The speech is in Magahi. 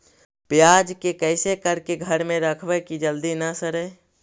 प्याज के कैसे करके घर में रखबै कि जल्दी न सड़ै?